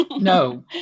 No